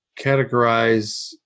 categorize